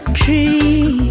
tree